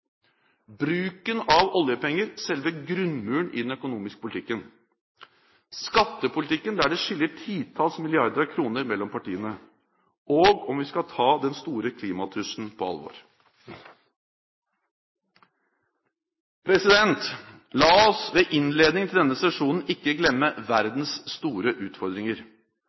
bruken av oljepenger, selve grunnmuren i den økonomiske politikken, om skattepolitikken, der det skiller titalls milliarder kroner mellom partiene, og om vi skal ta den store klimatrusselen på alvor. La oss ved innledningen til denne sesjonen ikke glemme verdens store utfordringer.